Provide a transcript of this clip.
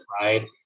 right